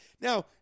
Now